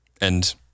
And-